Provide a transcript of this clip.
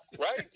Right